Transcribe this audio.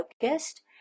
focused